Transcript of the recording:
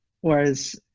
Whereas